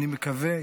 אני מקווה,